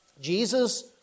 Jesus